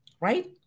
right